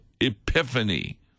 Epiphany